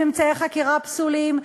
אמצעי חקירה פסולים.